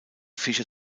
fischer